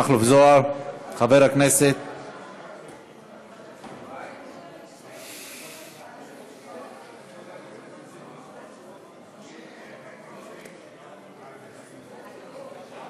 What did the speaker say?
חבר הכנסת מיקי מכלוף זוהר,